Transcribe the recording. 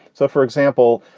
so, for example,